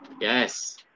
yes